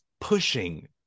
pushing